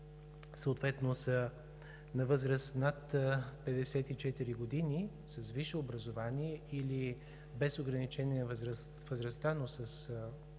съответно са на възраст над 54 години, с висше образование или без ограничение на възрастта, но